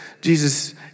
Jesus